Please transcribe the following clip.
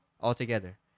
altogether